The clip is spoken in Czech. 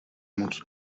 moc